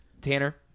Tanner